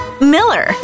miller